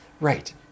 Right